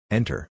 Enter